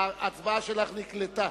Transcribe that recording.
ההצבעה שלך נקלטה.